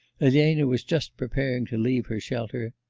elena was just preparing to leave her shelter.